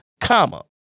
comma